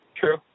True